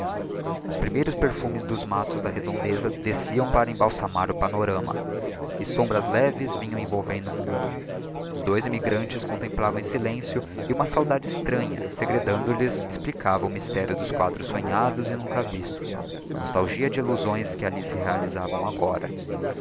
os primeiros perfumes dos mattos da redondeza desciam para embalsamar o panorama e sombras leves vinham envolvendo o mundo os dois immigrantes contemplavam em silencio e uma saudade extranha segredando lhes explicava o mysterio dos quadros sonhados e nunca vistos a nostalgia de illusões que alli se realisavam agora